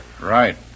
Right